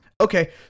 Okay